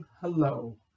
hello